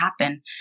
happen